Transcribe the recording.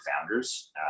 founders